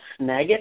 Snagit